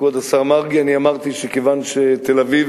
כבוד השר מרגי, אני אמרתי שכיוון שתל-אביב